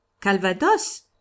calvados